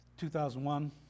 2001